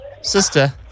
sister